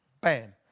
bam